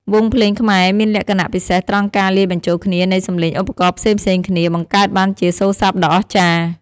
វង់ភ្លេងខ្មែរមានលក្ខណៈពិសេសត្រង់ការលាយបញ្ចូលគ្នានៃសំឡេងឧបករណ៍ផ្សេងៗគ្នា បង្កើតបានជាសូរស័ព្ទដ៏អស្ចារ្យ។